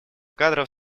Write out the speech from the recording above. кадров